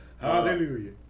Hallelujah